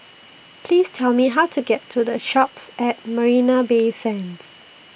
Please Tell Me How to get to The Shoppes At Marina Bay Sands